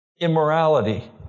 immorality